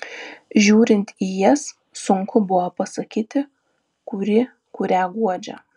žiūrint į jas sunku buvo pasakyti kuri kurią guodžia